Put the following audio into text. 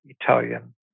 Italian